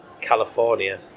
California